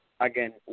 Again